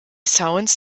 sounds